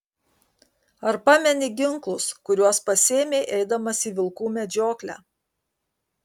ar pameni ginklus kuriuos pasiėmei eidamas į vilkų medžioklę